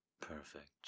perfect